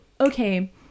okay